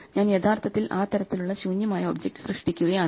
ഞാൻ യഥാർത്ഥത്തിൽ ആ തരത്തിലുള്ള ശൂന്യമായ ഒബ്ജക്റ്റ് സൃഷ്ടിക്കുകയാണ്